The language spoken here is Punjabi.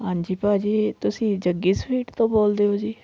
ਹਾਂਜੀ ਭਾਅ ਜੀ ਤੁਸੀਂ ਜੱਗੀ ਸਵੀਟ ਤੋਂ ਬੋਲਦੇ ਹੋ ਜੀ